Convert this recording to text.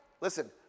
Listen